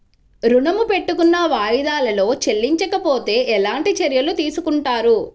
ఋణము పెట్టుకున్న వాయిదాలలో చెల్లించకపోతే ఎలాంటి చర్యలు తీసుకుంటారు?